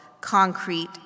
concrete